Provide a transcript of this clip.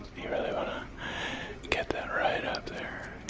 you really wanna get that right up there.